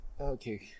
Okay